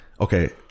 Okay